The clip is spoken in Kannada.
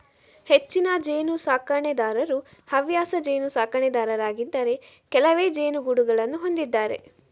ಹೆಚ್ಚಿನ ಜೇನು ಸಾಕಣೆದಾರರು ಹವ್ಯಾಸ ಜೇನು ಸಾಕಣೆದಾರರಾಗಿದ್ದಾರೆ ಕೆಲವೇ ಜೇನುಗೂಡುಗಳನ್ನು ಹೊಂದಿದ್ದಾರೆ